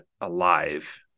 alive